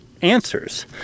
answers